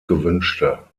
gewünschte